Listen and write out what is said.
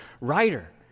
writer